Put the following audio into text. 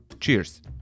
Cheers